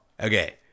Okay